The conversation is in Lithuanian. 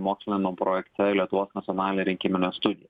moksliniame projekte lietuvos nacionalinė rinkiminė studija